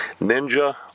Ninja